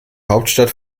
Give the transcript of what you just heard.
hauptstadt